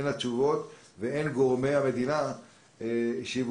הן התשובות והן גורמי המדינה שהשיבו